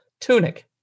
tunic